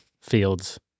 fields